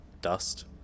dust